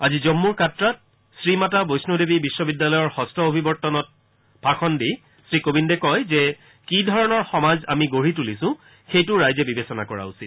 আজি জম্মৰ কাত্ৰাত শ্ৰীমাতা বৈষ্ণো দেৱী বিহ্ববিদ্যালয়ৰ হস্ত অভিৱৰ্তনত ভাষণ দি শ্ৰীকোবিন্দে কয় যে কিধৰণৰ সমাজ আমি গঢ়ি তুলিছো সেইটো ৰাইজে বিবেচনা কৰা উচিত